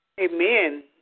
Amen